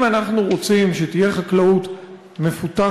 אם אנחנו רוצים חקלאות מפותחת,